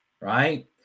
right